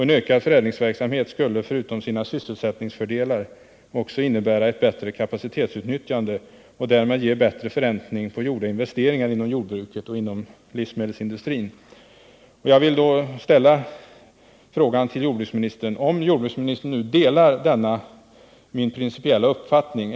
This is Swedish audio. En ökad förädlingsverksamhet skulle, förutom sina sysselsättningsfördelar, också innebära ett bättre kapacitetsutnyttjande och därmed ge bättre förräntning på gjorda investeringar inom jordbruket och inom livsmedelsindustrin. Jag vill till jordbruksministern ställa frågan om han delar denna principiella uppfattning.